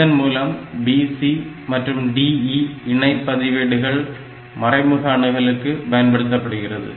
இதன் மூலம் BC மற்றும் DE இணை பதிவேடுகள் மறைமுக அணுகலுக்கு பயன்படுத்தப்படுகிறது